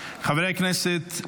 חברי הכנסת,